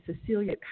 Cecilia